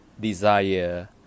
desire